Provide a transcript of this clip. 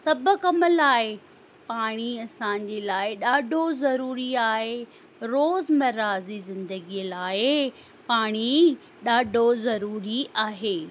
सभु कम लाइ पाणी असांजे लाइ ॾाढो ज़रूरी आहे रोज़मर्रा जी ज़िंदगीअ लाइ पाणी ॾाढो ज़रूरी आहे